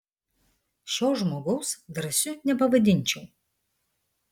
šio žmogaus drąsiu nepavadinčiau